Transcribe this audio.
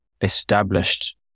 established